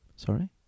Sorry